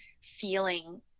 feeling